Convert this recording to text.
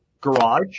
garage